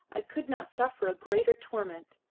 i could not suffer a greater torment.